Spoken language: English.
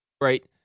right